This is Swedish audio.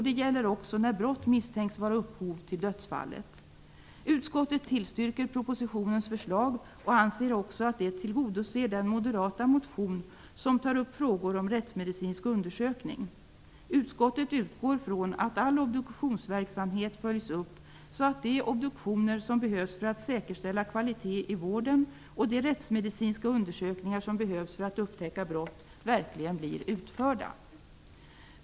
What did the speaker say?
Det gäller också när brott misstänks vara upphov till dödsfallet. Utskottet tillstyrker propositionens förslag och anser också att det tillgodoser den moderata motion som tar upp frågor om rättsmedicinsk undersökning. Utskottet utgår från att all obduktionsverksamhet följs upp, så att de obduktioner som behövs för att säkerställa kvalitet i vården och de rättsmedicinska undersökningar som behövs för att upptäcka brott verkligen blir utförda.